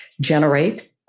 generate